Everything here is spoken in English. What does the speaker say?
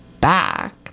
back